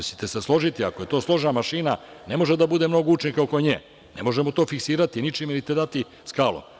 Složićete se, ako je to složena mašina, ne može da bude mnogo učenika oko nje, ne možemo to fiksirati ničim ili dati skalom.